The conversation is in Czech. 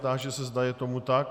Táži se, zda je tomu tak.